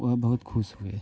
वह बहुत खुश हुए